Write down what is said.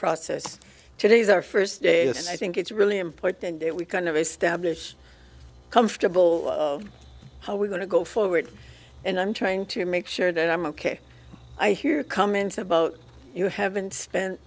process today is our first day so i think it's really important that we kind of establish comfortable how we're going to go forward and i'm trying to make sure that i'm ok i hear comments about you haven't spent